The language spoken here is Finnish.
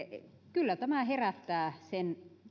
kyllä tämä herättää sen